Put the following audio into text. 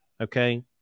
Okay